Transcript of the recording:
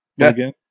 again